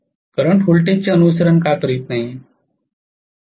current व्होल्टेजचे अनुसरण का करीत नाही